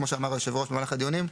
כמו שאמר היושב ראש במהלך הדיונים,